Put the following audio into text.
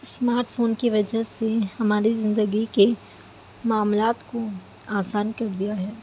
smart phone کے وجہ سے ہمارے زندگی کے معاملات کو آسان کر دیا ہے